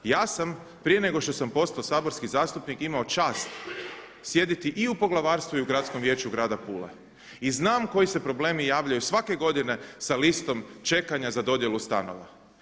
Ja sam prije nego što sam postao saborski zastupnik imao čast sjediti i u poglavarstvu i Gradskom vijeću grada Pule i znam koji se problemi javljaju svake godine se listom čekanja za dodjelu stanova.